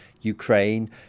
Ukraine